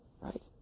Right